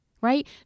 right